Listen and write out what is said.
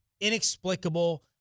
inexplicable